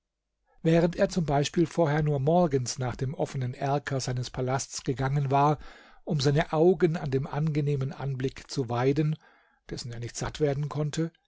während er zum beispiel vorher nur morgens nach dem offenen erker seines palasts gegangen war um seine augen an dem angenehmen anblick zu weiden dessen er nicht satt werden konnte